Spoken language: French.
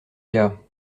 gars